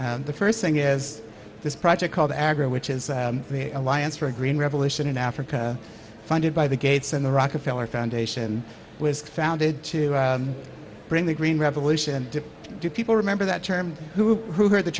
s the first thing is this project called agora which is the alliance for a green revolution in africa funded by the gates and the rockefeller foundation was founded to bring the green revolution to do people remember that term who heard the